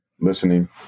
listening